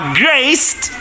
graced